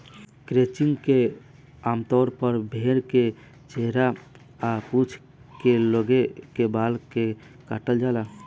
crutching में आमतौर पर भेड़ के चेहरा आ पूंछ के लगे के बाल के काटल जाला